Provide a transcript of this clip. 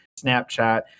Snapchat